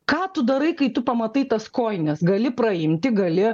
ką tu darai kai tu pamatai tas kojines gali praimti gali